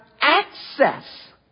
access